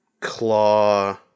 claw